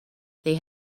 they